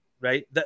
right